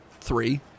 three